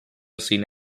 scene